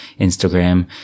Instagram